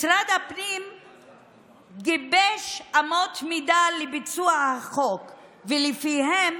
משרד הפנים גיבש אמות מידה לביצוע החוק ולפיהן